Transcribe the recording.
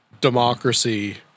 democracy